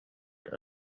side